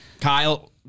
kyle